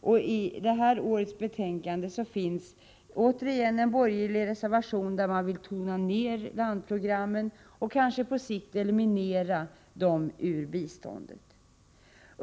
I årets betänkande finns återigen en gemensam borgerlig reservation där man vill tona ner landprogrammen och kanske på sikt eliminera dem ur biståndet.